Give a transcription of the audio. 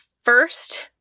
First